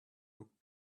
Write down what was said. looked